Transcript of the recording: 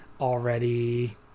already